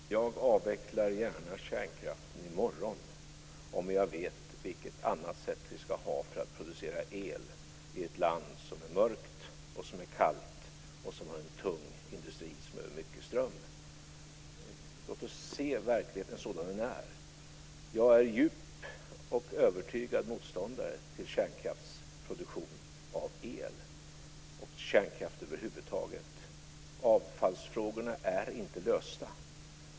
Fru talman! Jag avvecklar gärna kärnkraften i morgon om jag vet vilket annat sätt vi ska ha för att producera el i ett land som är mörkt och kallt och som har en tung industri som behöver mycket ström. Låt oss se verkligheten sådan den är. Jag är djup och övertygad motståndare till kärnkraftsproduktion av el och kärnkraft över huvud taget. Avfallsfrågorna är inte lösta.